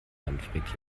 manfred